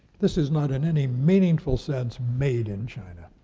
this is not, in any meaningful sense, made in china.